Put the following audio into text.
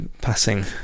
passing